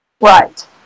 Right